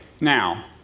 now